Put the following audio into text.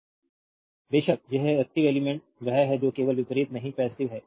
slide time देखें 0556 बेशक एक एक्टिव एलिमेंट्स वह है जो केवल विपरीत नहीं पैसिव है